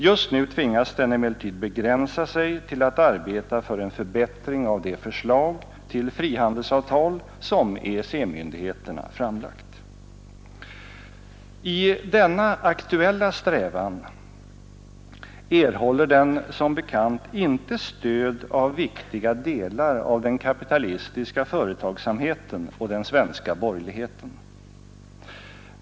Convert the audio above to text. Just nu tvingas den emellertid begränsa sig till att arbeta för en förbättring av det förslag till frihandelsavtal som EEC-myndigheterna framlagt. I denna aktuella strävan erhåller den som bekant inte stöd av viktiga delar av den kapitalistiska företagsamheten och den svenska borgerligheten.